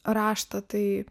raštą tai